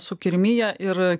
sukirmiję ir